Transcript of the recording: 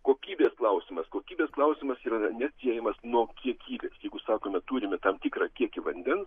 kokybės klausimas kokybės klausimas yra neatsiejamas nuo kiekybės jeigu sakome turime tam tikrą kiekį vandens